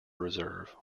reserve